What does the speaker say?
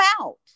out